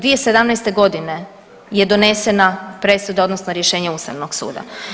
2017.g. je donesena presuda odnosno rješenje ustavnog suda.